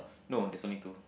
no there's only two